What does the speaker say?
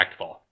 impactful